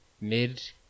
mid